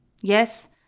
Yes